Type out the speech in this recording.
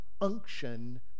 unction